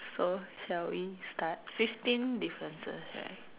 so shall we start fifteen differences right